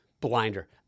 blinder